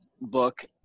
book